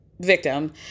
victim